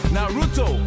Naruto